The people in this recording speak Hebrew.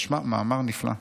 תשמע, מאמר נפלא,